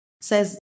says